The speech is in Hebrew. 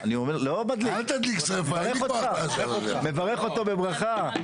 ואני בטוח שהוא מדבר מהצפון ועד הדרום,